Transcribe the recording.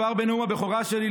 כבר בנאום הבכורה שלי,